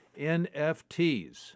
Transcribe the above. NFTs